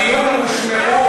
בדיון הושמעו.